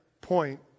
point